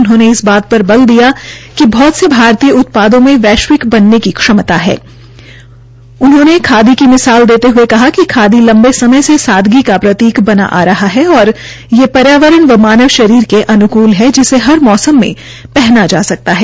उन्होंने इस बात पर बल दिया कि बहत से भारतीय उत्पादों में वैश्विक बनने की क्षमता है और उन्होंने खादी की मिसाल देते हये कहा कि खादी लम्बे समय से सादगी की प्रतीक बना आ रहा है और ये पर्यावरण व मानव शरीर के अनुकूल है जिसे हर मौमस में पहना जा सकता है